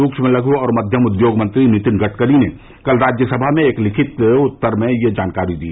सूक्ष्म लघु और मक्यम उद्योग मंत्री नितिन गड़करी ने कल राज्य सभा में एक लिखित उत्तर में यह जानकारी दी